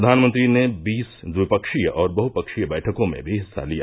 प्रधानमंत्री ने बीस द्विपक्षीय और बहुपक्षीय बैठकों में भी हिस्सा लिया